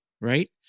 Right